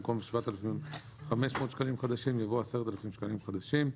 במקום "7,500 שקלים חדשים" יבוא "10,000 שקלים חדשים";"